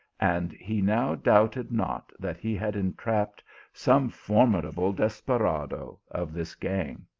and he now doubted not that he had entrapped some formidable desperado of this gang.